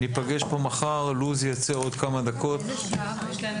ניפגש כאן מחר בשעה 12:00. הישיבה ננעלה בשעה